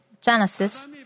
Genesis